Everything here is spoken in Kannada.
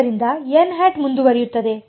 ಆದ್ದರಿಂದ ಮುಂದುವರಿಯುತ್ತದೆ